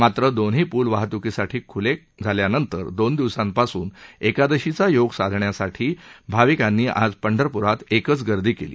मात्र दोन्ही पूल वाहत्कीसाठी खुले करण्यात आल्यानंतर दोन दिवसांपासून एकादशीचा योग साधण्यासाठी भाविकांनी आज पंढरपूरात एकच गर्दी केली